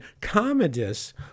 Commodus